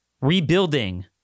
Rebuilding